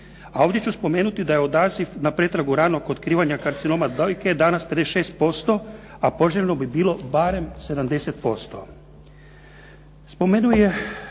A ovdje ću napomenuti da je odaziv na pretragu ranog otkrivanja karcinoma dojke danas 56%, a poželjno bi bilo barem 70%. Spomenuo je